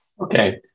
okay